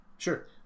Sure